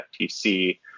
FTC